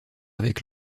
avec